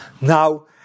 Now